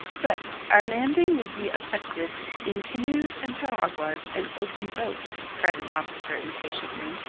but our landing will be effected in canoes and piraguas and open boats, cried an officer impatiently.